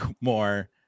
more